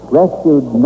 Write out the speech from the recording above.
rescued